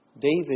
David